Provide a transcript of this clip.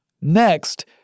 Next